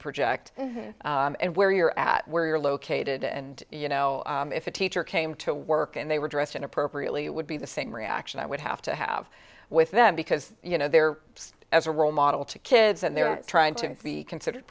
project and where you're at where you're located and you know if a teacher came to work and they were dressed inappropriately it would be the same reaction i would have to have with them because you know they're as a role model to kids and they're trying to be considered